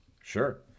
Sure